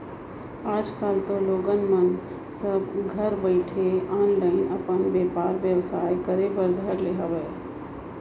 आज कल तो लोगन मन सब घरे बइठे ऑनलाईन अपन बेपार बेवसाय करे बर धर ले हावय